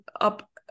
up